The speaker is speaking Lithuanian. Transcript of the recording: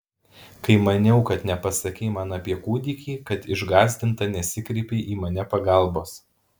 kai maniau kad nepasakei man apie kūdikį kad išgąsdinta nesikreipei į mane pagalbos